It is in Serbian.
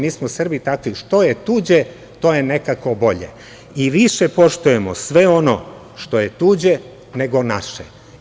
Mi smo Srbi takvi, što je tuđe to je nekako bolje i više poštujemo sve ono što je tuđe nego naše.